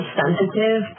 sensitive